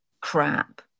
crap